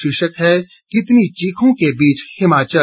शीर्षक है कितनी चीखों के बीच हिमाचल